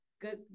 good